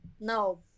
No